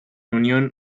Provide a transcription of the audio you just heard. unión